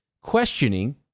questioning